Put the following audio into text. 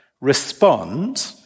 respond